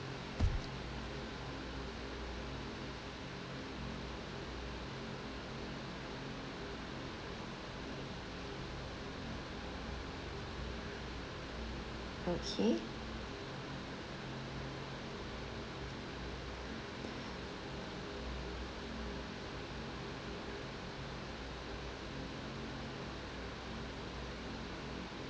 okay